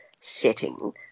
setting